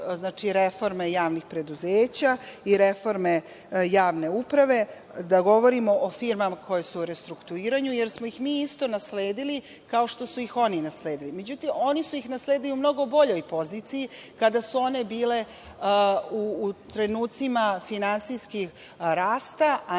reforme javnih preduzeća i reforme javne uprave, da govorimo o firmama koje su u restrukturiranju jer smo ih iste nasledili kao što su oh oni nasledili. Međutim, oni su ih nasledili u mnogo boljoj poziciji kada su one bile u trenucima finansijskog rasta,